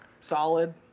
solid